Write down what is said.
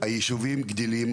היישובים גדלים,